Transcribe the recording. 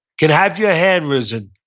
can have your hand risen